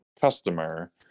customer